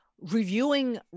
reviewing